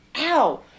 ow